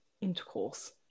intercourse